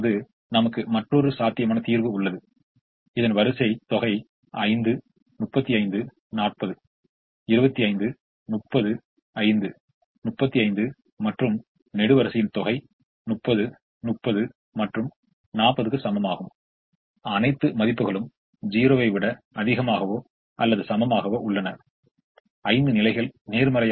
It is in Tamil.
எனவே இப்பொழுது மூன்று விநியோக புள்ளிகள் உள்ளன எனவே இதில் மூன்று விநியோக புள்ளிகள் உள்ளன எனவே அதை நாம் u1 u2 மற்றும் u3 என வரையறுக்கப் போகிறோம் மேலும் மூன்று கோரிக்கை புள்ளிகள் உள்ளன அதை v1 v2 மற்றும் v3 என வரையறுப்போம்